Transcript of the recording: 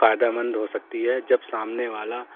فائدہ مند ہو سکتی ہے جب سامنے والا